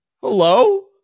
Hello